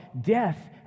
death